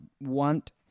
want